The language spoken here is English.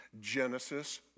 Genesis